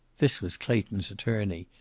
this was clayton's attorney,